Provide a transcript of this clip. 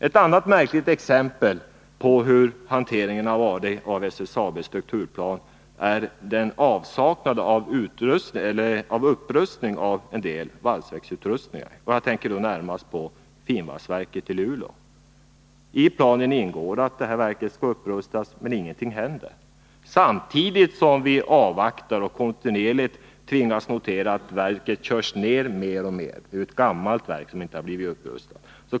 Ett annat exempel på hur hanteringen av SSAB:s strukturplan har varit är avsaknaden av upprustning av en del av valsverksutrustningen. Jag tänker närmast på finvalsverket i Luleå. I planen ingår att verket skall upprustas. Men ingenting händer, samtidigt som vi avvaktar och kontinuerligt tvingas notera att verket mer och mer körs ner. Det är ju ett gammalt verk som inte har blivit upprustat.